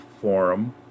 Forum